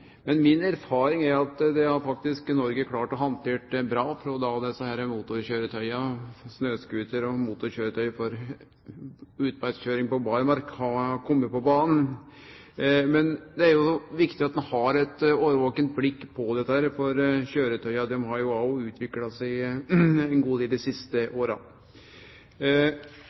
Men mi erfaring er at det har faktisk Noreg klart å handtere bra, heilt sidan desse motorkjøretøya – snøscooterar og motorkjøretøy for utmarkskjøring på barmark – kom på banen. Men det er viktig at ein har eit årvakent blikk på dette, for kjøretøya har òg utvikla seg ein god del dei siste åra.